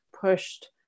pushed